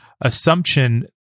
assumption